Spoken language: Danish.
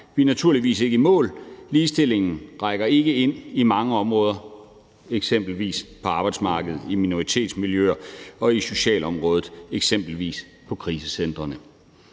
Vi er naturligvis ikke i mål. Ligestillingen rækker ikke ind i mange områder, eksempelvis på arbejdsmarkedet, i minoritetsmiljøer eller på socialområdet, f.eks. på krisecentrene.